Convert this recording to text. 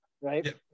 right